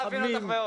להיפך,